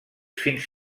fins